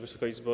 Wysoka Izbo!